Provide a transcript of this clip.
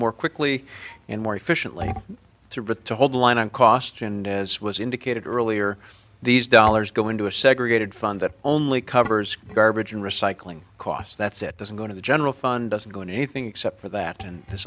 more quickly and more efficiently to hold the line on costs and as was indicated earlier these dollars go into a segregated fund that only covers garbage and recycling costs that's it doesn't go to the general fund doesn't go in anything except for that and th